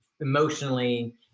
emotionally